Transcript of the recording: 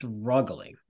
struggling